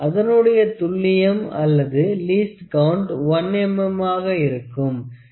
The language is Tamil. அதனுடைய துல்லியம் அல்லது லீஸ்ட் கவுண்ட் 1 mm ஆக இருக்கும்